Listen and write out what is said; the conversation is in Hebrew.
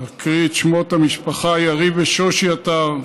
אני אקריא את שמות המשפחה: יריב ושושי עטר,